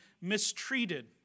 mistreated